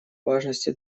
важности